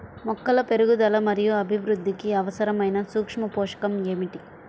మొక్కల పెరుగుదల మరియు అభివృద్ధికి అవసరమైన సూక్ష్మ పోషకం ఏమిటి?